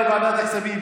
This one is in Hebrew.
כספים?